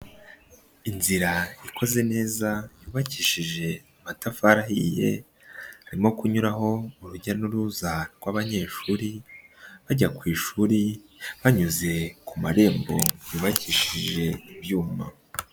Inzira ikoze neza, yubakishije amatafari ahiye, harimo kunyuraho urujya n'uruza rw'abanyeshuri, bajya ku ishuri, banyuze ku marembo yubakishije ibyuma.